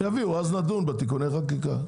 כשהם יביאו נדון בתיקוני החקיקה.